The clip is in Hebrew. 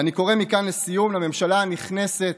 ולסיום אני קורא מכאן לממשלה הנכנסת: